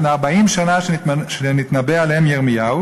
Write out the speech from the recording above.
"על ישראל מארבעים שנה שנתנבא עליהם ירמיה,